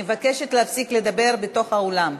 אני מבקשת להפסיק לדבר בתוך האולם.